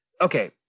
okay